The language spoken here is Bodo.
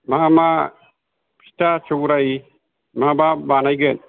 मा मा फिथा सौराइ मा मा बानायगोन